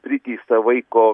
priteista vaiko